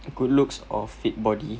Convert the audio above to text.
good looks or fit body